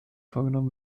vorgenommen